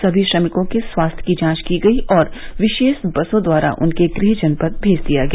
सभी श्रमिकों के स्वास्थ्य की जांच की गयी और विशेष बसों द्वारा उनके गृह जनपद भेज दिया गया